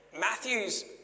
Matthew's